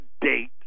date